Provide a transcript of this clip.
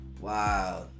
Wow